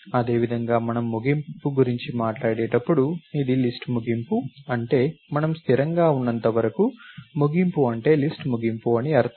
అదేవిధంగా మనము ముగింపు గురించి మాట్లాడేటప్పుడు ఇది లిస్ట్ ముగింపు అంటే మనం స్థిరంగా ఉన్నంత వరకు ముగింపు అంటే లిస్ట్ ముగింపు అని అర్థం